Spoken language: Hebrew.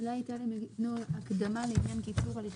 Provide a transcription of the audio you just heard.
אולי תתנו הקדמה לעניין קיצור הליכי